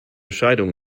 scheidung